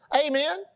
Amen